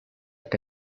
que